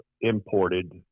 imported